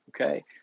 Okay